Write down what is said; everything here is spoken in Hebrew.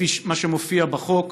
לפי מה שמופיע בחוק,